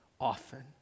often